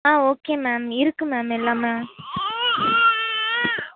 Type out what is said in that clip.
ஆ okay ma'am இருக்குது ma'am எல்லாமே